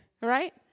right